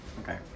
okay